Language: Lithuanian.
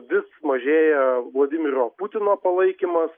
vis mažėja vladimiro putino palaikymas